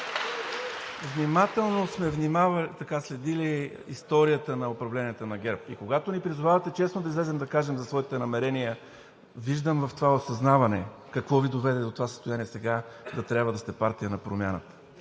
внимателно сме следили историята на управленията на ГЕРБ и когато ни призовавате честно да излезем и да кажем за своите намерения, виждам в това осъзнаване какво Ви доведе до това осъзнаване сега, та трябва да сте партия на промяната,